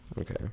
Okay